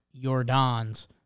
Jordan's